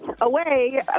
away